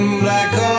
black